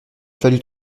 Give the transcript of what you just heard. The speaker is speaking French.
fallut